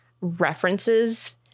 references